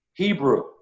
Hebrew